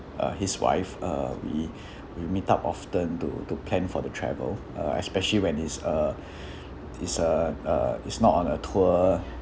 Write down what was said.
uh his wife uh we we meet up often to to plan for the travel uh especially when it's a it's a uh it's not on a tour